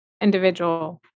individual